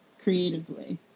creatively